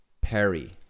Perry